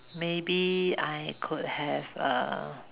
maybe I could have err